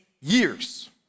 years